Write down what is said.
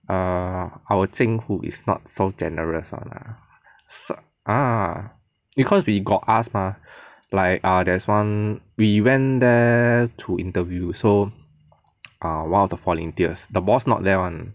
err our zheng hu is not generous [one] lah ah because we got ask mah like err there's [one] we went there to interview so err one of the volunteers the boss not there [one]